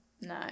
no